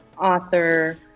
author